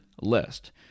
list